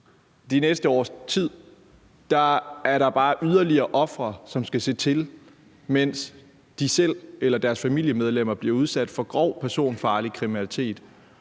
de næste års tid er der bare flere ofre, som skal se til, mens de selv eller deres familiemedlemmer bliver udsat for grov personfarlig kriminalitet,